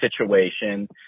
situation